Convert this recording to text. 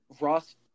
Ross